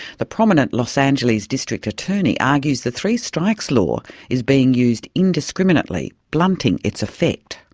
the prominent los angeles district attorney argues the three strikes law is being used indiscriminately, blunting its affect.